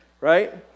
Right